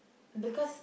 because